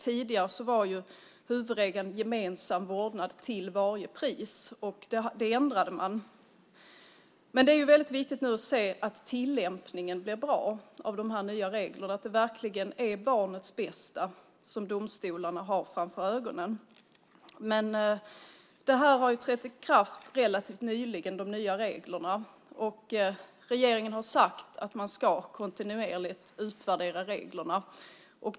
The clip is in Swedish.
Tidigare var huvudregeln gemensam vårdnad till varje pris. Det ändrade man. Det är viktigt att tillämpningen av de nya reglerna blir bra. Det är verkligen barnets bästa som domstolarna ska ha för ögonen. De nya reglerna har trätt i kraft relativt nyligen, och regeringen har sagt att man kontinuerligt ska utvärdera reglerna.